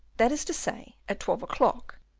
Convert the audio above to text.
that is to say, at twelve o'clock,